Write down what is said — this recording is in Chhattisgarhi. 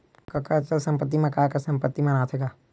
कका अचल संपत्ति मा काय काय संपत्ति मन ह आथे गा?